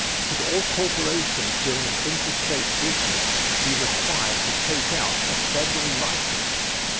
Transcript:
should all corporations doing an interstate business be required to take out a federal license?